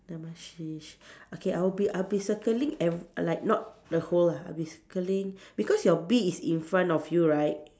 never mind okay I will be I'll circling ev~ like not the whole lah I'll be circling because your bee is in front of you right